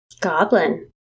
Goblin